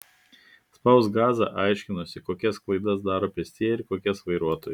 spausk gazą aiškinosi kokias klaidas daro pėstieji ir kokias vairuotojai